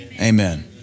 Amen